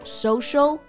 social